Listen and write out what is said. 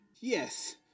Yes